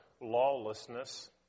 lawlessness